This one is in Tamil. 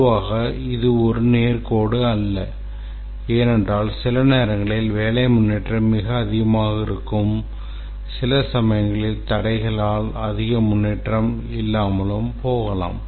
பொதுவாக இது ஒரு நேர் கோடு அல்ல ஏனென்றால் சில நேரங்களில் வேலை முன்னேற்றம் மிக வேகமாக இருக்கும் சில சமயங்களில் தடைகளால் அதிக முன்னேற்றம் இல்லாமல் போகலாம்